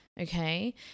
okay